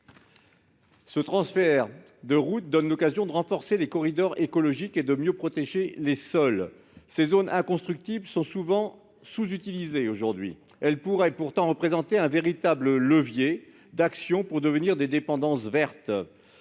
Ce transfert des routes donne l'occasion de renforcer les corridors écologiques et de mieux protéger les sols. Ces zones inconstructibles sont souvent sous-utilisées aujourd'hui. Elles pourraient pourtant représenter un véritable levier d'action pour devenir des dépendances vertes.